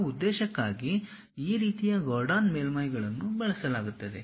ಆ ಉದ್ದೇಶಕ್ಕಾಗಿ ಈ ರೀತಿಯ ಗಾರ್ಡನ್ ಮೇಲ್ಮೈಗಳನ್ನು ಬಳಸಲಾಗುತ್ತದೆ